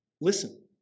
Listen